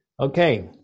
Okay